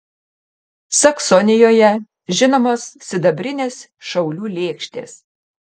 saksonijoje žinomos sidabrinės šaulių lėkštės